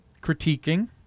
critiquing